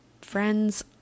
friends